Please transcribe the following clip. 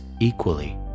equally